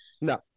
No